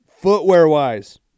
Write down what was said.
Footwear-wise